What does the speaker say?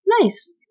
Nice